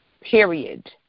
period